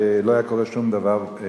"בעד" חצי דקה, ולא היה קורה שום דבר רע.